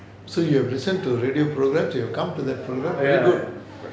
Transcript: so you have listened to radio programmes you have come to that programme good good